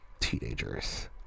teenagers